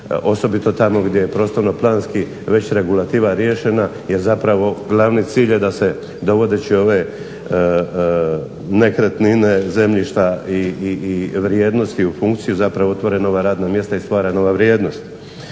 osobito tamo gdje je prostorno planski već regulativa riješena jer zapravo glavni cilj da uvodeći ove nekretnine, zemljišta i vrijednosti u funkciji zapravo otvore nova radna mjesta i stvara nova vrijednost.